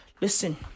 Listen